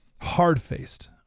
Hard-faced